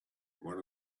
one